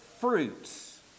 fruits